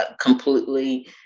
completely